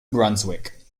brunswick